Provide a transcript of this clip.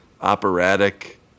operatic